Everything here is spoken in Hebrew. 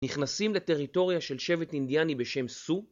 נכנסים לטריטוריה של שבט אינדיאני בשם סו